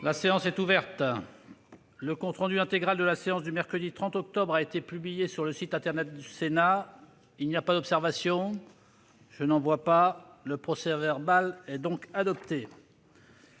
La séance est ouverte. Le compte rendu intégral de la séance du mercredi 30 octobre 2019 a été publié sur le site internet du Sénat. Il n'y a pas d'observation ?... Le procès-verbal est adopté.